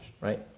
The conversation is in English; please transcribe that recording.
right